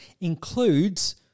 includes